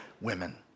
women